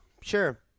Sure